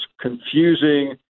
confusing